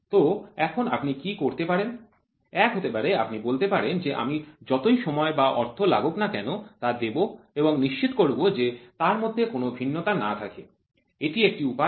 তো এখন আপনি কি করতে পারেন এক হতে পারে আপনি বলতে পারেন যে আমি যতই সময় বা অর্থ লাগুক না কেন তা দেব এবং নিশ্চিত করবো যে তার মধ্যে কোন ভিন্নতা না থাকে এটি একটি উপায়